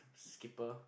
Skipper